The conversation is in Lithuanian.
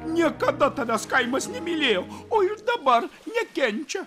niekada tavęs kaimas nemylėjo o ir dabar nekenčia